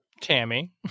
Tammy